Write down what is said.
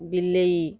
ବିଲେଇ